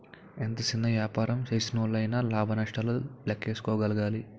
ఎంత సిన్న యాపారం సేసినోల్లయినా లాభ నష్టాలను లేక్కేసుకోగలగాలి